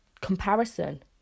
comparison